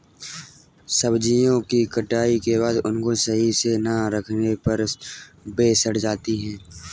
सब्जियों की कटाई के बाद उनको सही से ना रखने पर वे सड़ जाती हैं